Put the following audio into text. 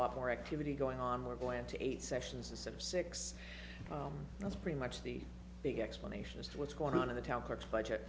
lot more activity going on we're going to eight sessions a set of six that's pretty much the big explanation as to what's going on in the town clerk's budget